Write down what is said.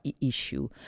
issue